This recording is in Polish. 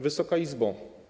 Wysoka Izbo!